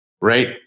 Right